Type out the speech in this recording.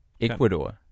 Ecuador